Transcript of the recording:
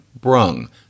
brung